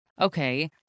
okay